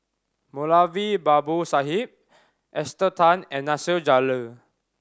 Moulavi Babu Sahib Esther Tan and Nasir Jalil